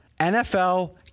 NFL